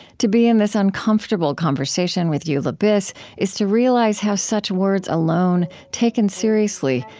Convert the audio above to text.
to be in this uncomfortable conversation with eula biss is to realize how such words alone, taken seriously,